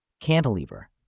cantilever